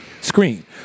screen